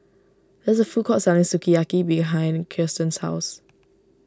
there is a food court selling Sukiyaki behind Kiersten's house